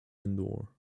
indoor